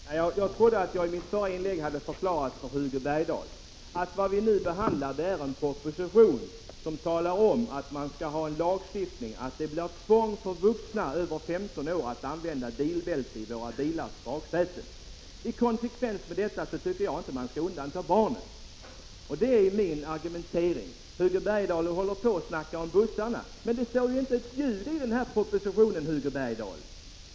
Herr talman! Jag trodde att jag i mitt förra inlägg hade förklarat för Hugo Bergdahl att vad vi nu behandlar är en proposition som talar om att man skall ha en lagstiftning som innebär att det blir tvång för vuxna över 15 år att använda bilbälte i våra bilars baksäten. I konsekvens med detta tycker jag att man inte skall undanta barnen. Det är min argumentering. Hugo Bergdahl talar om bussarna. Men det står ju inte ett ljud om dem i den här propositionen, Hugo Bergdahl.